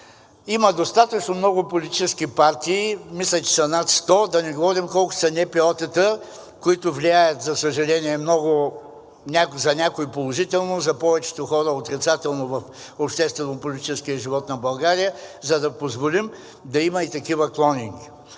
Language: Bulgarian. Има достатъчно много политически партии, мисля, че са над 100, да не говорим колко са НПО-тата, които влияят, за съжаление, много – за някои положително, за повечето хора отрицателно, в обществено-политическия живот на България, за да позволим да има и такива клонинги.